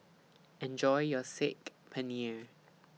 Enjoy your Saag Paneer